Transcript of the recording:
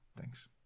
Thanks